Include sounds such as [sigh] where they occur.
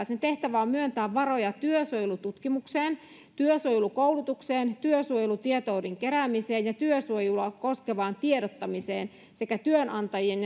[unintelligible] sen tehtävä on myöntää varoja työsuojelututkimukseen työsuojelukoulutukseen työsuojelutietouden keräämiseen ja työsuojelua koskevaan tiedottamiseen sekä työnantajien [unintelligible]